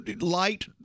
light